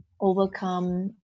overcome